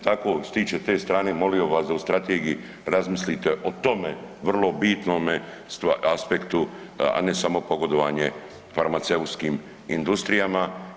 Tako da što se tiče te strane molio bih vas da u strategiji razmislite o tome vrlo bitnome aspektu, a ne samo pogodovanje farmaceutskim industrijama.